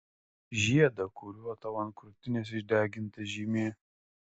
žiedą kuriuo tau ant krūtinės išdeginta žymė